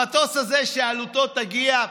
המטוס הזה, שעלותו תגיע,